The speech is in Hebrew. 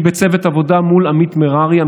אני בצוות עבודה מול עמית מררי,